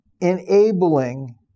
enabling